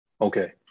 Okay